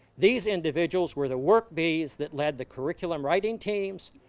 these individuals were the work bees that led the curriculum writing teams,